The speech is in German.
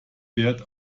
wert